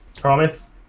Promise